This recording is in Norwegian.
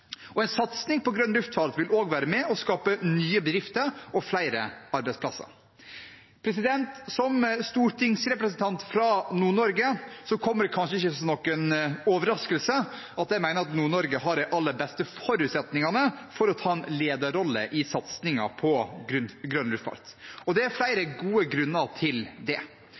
En satsing på grønn luftfart vil også være med og skape nye bedrifter og flere arbeidsplasser. Som stortingsrepresentant fra Nord-Norge kommer det kanskje ikke som noen overraskelse at jeg mener at Nord-Norge har de aller beste forutsetningene for å ta en lederrolle i satsingen på grønn luftfart, og det er flere gode grunner til det.